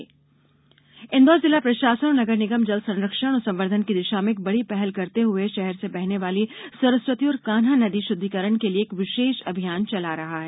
नदी शुद्धिकरण इंदौर जिला प्रषासन और नगर निगम जल संरक्षण और संवर्धन की दिषा में एक बड़ी पहल करते हुए षहर से बहने वाली सरस्वती और कान्ह नदी शुद्धिकरण के लिये एक विषेष अभियान चला रहा है